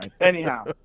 Anyhow